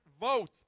vote